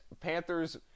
Panthers